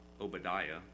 Obadiah